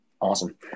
awesome